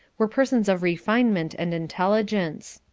were persons of refinement and intelligence.